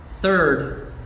Third